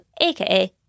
aka